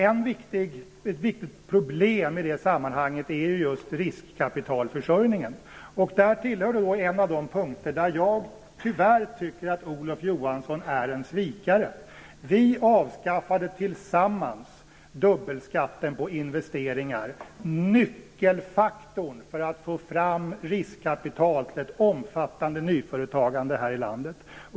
Ett viktigt problem i detta sammanhang är ju just riskkapitalförsörjningen. Det är en av de punkter där jag tyvärr tycker att Olof Johansson är en svikare. Vi avskaffade tillsammans dubbelskatten på investeringar, nyckelfaktorn för att få fram riskkapital till ett omfattande nyföretagande här i landet.